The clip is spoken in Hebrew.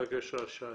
בבקשה, שי.